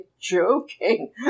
joking